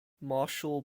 martial